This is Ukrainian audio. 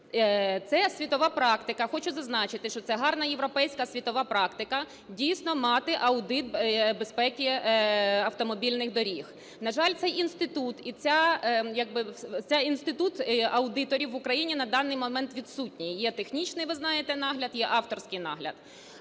це світова практика. Хочу зазначити, що це гарна європейська світова практика, дійсно, мати аудит безпеки автомобільних доріг. На жаль, цей інститут і це якби інститут аудиторів в України на даний момент відсутній. Є технічний, ви знаєте, нагляд і є авторський нагляд